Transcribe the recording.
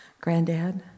Granddad